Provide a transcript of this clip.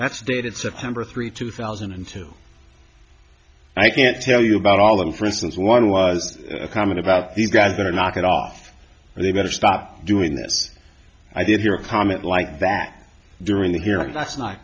that's dated september three two thousand and two i can't tell you about all of it for instance one was a comment about these guys that are knock it off and they've got to stop doing this i did hear a comment like that during the hearing that's not